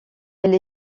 elle